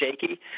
shaky